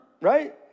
right